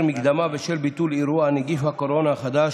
מקדמה בשל ביטול אירוע (נגיף הקורונה החדש),